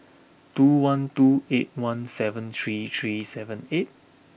two one two eight one seven three three seven eight